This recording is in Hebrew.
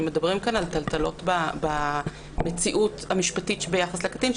אנחנו מדברים כאן על טלטלות במציאות המשפטית ביחס לקטין,